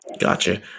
Gotcha